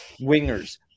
Wingers